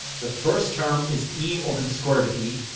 the first term is e over the square root of e.